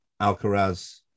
Alcaraz